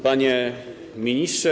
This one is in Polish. Panie Ministrze!